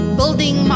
building